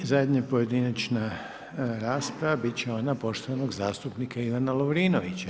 I zadnja pojedinačna rasprava biti će ona poštovanog zastupnika Ivana Lovrinovića.